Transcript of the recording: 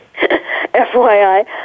FYI